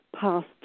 past